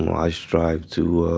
i strive to